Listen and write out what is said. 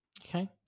okay